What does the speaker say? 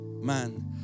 man